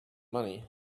money